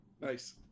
nice